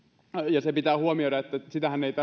se pitää huomioida että mehän emme